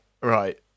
right